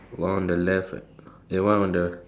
one on the left and one on the